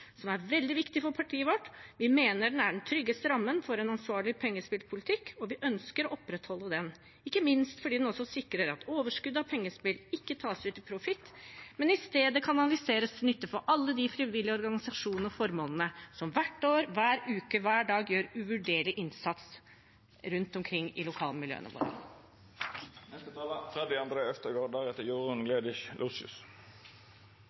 som er veldig viktig for partiet vårt. Vi mener den er den tryggeste rammen for en ansvarlig pengespillpolitikk, og vi ønsker å opprettholde den – ikke minst fordi den også sikrer at overskuddet av pengespill ikke tas ut i profitt, men i stedet kanaliseres til nytte for alle de frivillige organisasjonene og formålene som hvert år, hver uke, hver dag gjør en uvurderlig innsats rundt omkring i lokalmiljøene våre.